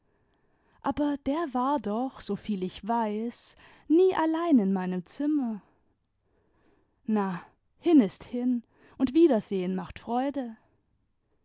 aber der war doch soviel ich weiß nie allein in meinem zimmer na hin ist hin und wiedersehen macht freude